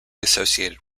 associated